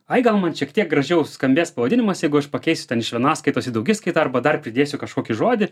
ai gal man šiek tiek gražiau skambės pavadinimas jeigu aš pakeisiu ten iš vienaskaitos į daugiskaitą arba dar pridėsiu kažkokį žodį